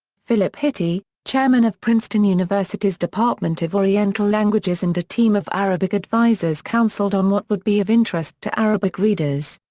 philip hitti, chairman of princeton university's department of oriental languages and a team of arabic advisers counseled on what would be of interest to arabic readers.